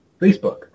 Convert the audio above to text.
Facebook